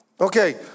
Okay